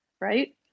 right